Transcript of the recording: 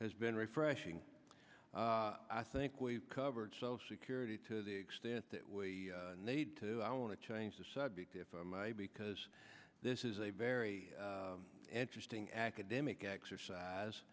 has been refreshing i think we've covered social security to the extent that we need to i want to change the subject if i may because this is a very interesting academic exercise